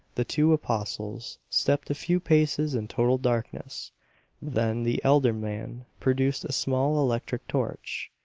the two apostles stepped a few paces in total darkness then the elder man produced a small electric torch,